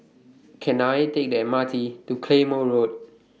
Can I Take The M R T to Claymore Road